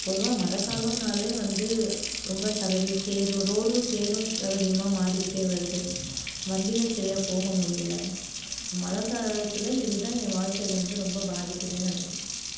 பொதுவாக மழை காலன்னாலே வந்து ரொம்ப சகதி சேறு ரோடும் சேறும் சகதியுமாக மாறிக்கிட்டே வருது வண்டியில் சரியாக போக முடியல மழை காலத்தில் இது தான் என் வாழ்க்கையில் வந்து ரொம்ப பாதிக்கிதுன்னு நினைக்கிறன்